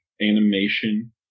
animation